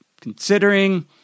considering